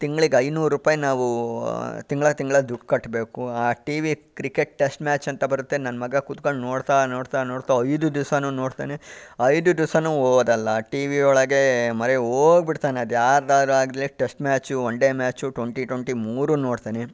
ತಿಂಗಳಿಗೆ ಐನೂರು ರೂಪಾಯಿ ನಾವು ತಿಂಗಳು ತಿಂಗಳು ದುಡ್ಡು ಕಟ್ಟಬೇಕು ಆ T V cricket test match ಅಂತ ಬರುತ್ತೆ ನನ್ನ ಮಗ ಕೂತ್ಕೊಂಡು ನೋಡ್ತಾ ನೋಡ್ತಾ ನೋಡ್ತಾ ಐದು ದಿವ್ಸಾನು ನೋಡ್ತಾನೆ ಐದು ದಿವ್ಸಾನು ಓದಲ್ಲ ಟಿ ವಿಯೊಳಗೆ ಮೊರೆ ಹೋಗಿಬಿಡ್ತಾನೆ ಅದು ಯಾರ್ದಾರಾಗ್ಲಿ test match one day match twenty twenty ಮೂರು ನೋಡ್ತಾನೆ